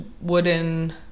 wooden